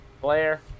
Blair